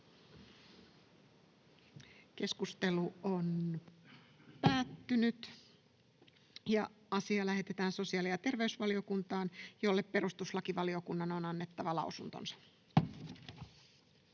ehdottaa, että asia lähetetään sosiaali- ja terveysvaliokuntaan, jolle perustuslakivaliokunnan on annettava lausunto.